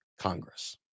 Congress